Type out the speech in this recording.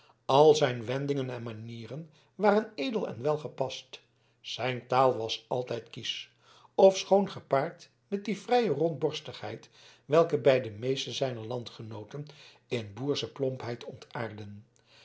al zijn wendingen en manieren waren edel en welgepast zijn taal was altijd kiesch ofschoon gepaard met die vrije rondborstigheid welke bij de meesten zijner landgenooten in boersche plompheid ontaardde